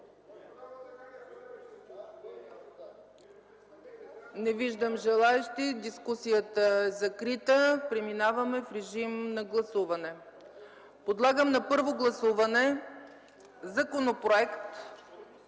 Не виждам желаещи. Дискусията е закрита. Преминаваме към гласуване. Подлагам на първо гласуване Законопроекта